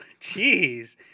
Jeez